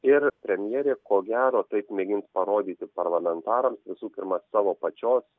ir premjerė ko gero taip mėgins parodyti parlamentarams visų pirma savo pačios